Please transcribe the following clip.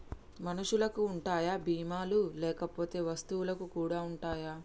మనుషులకి ఉంటాయా బీమా లు లేకపోతే వస్తువులకు కూడా ఉంటయా?